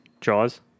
Jaws